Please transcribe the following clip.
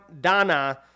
Dana